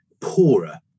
poorer